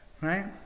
Right